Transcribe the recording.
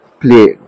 play